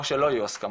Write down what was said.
או שלא יהיו הסכמות.